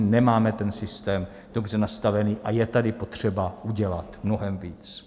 Nemáme systém dobře nastavený a je tady potřeba udělat mnohem víc.